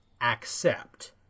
accept